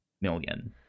million